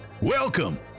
welcome